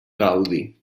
gaudi